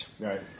Right